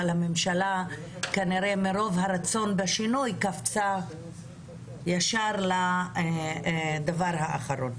אבל כנראה שמרוב רצון לשינוי הממשלה קפצה ישר לדבר האחרון.